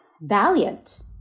valiant